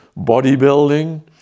bodybuilding